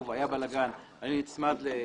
אמרתי, גם אצלנו על